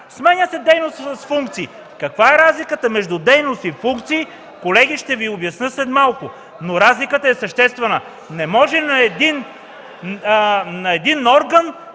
думата „дейност” с „функции”. Каква е разликата между „дейност” и „функции”, колеги? Ще Ви обясня след малко, но разликата е съществена. Не може на един орган